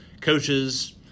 coaches